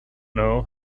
know